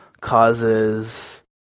causes